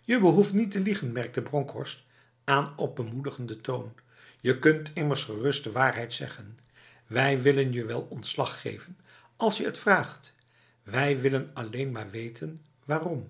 je behoeft niet te liegen merkte bronkhorst aan op bemoedigende toon je kunt immers gerust de waarheid zeggen wij willen je wel ontslag geven als je het vraagt wij willen alleen maar weten waaromf